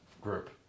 group